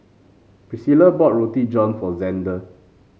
Priscila bought Roti John for Xander